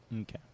Okay